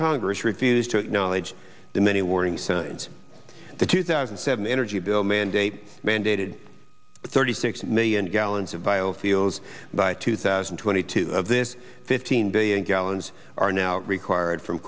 congress refused to acknowledge the many warning signs the two thousand and seven energy bill mandate mandated thirty six million gallons of biofuels by two thousand and twenty two of this fifteen billion gallons are now required from